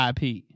IP